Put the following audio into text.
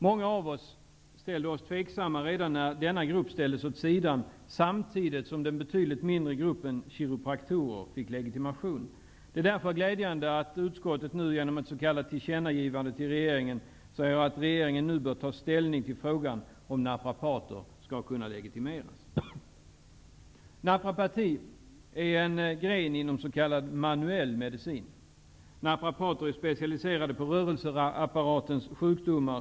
Många av oss var tveksamma redan när denna grupp ställdes åt sidan, samtidigt som den betydligt mindre gruppen av kiropraktorer fick legitimation. Det är därför glädjande att utskottet nu genom ett s.k. tillkännagivande till regeringen säger att ''regeringen nu bör ta ställning till frågan om naprapater skall kunna legitimeras''. Naprapati är en gren inom den s.k. manuella medicinen. Naprapater är specialiserade på rörelseapparatens sjukdomar.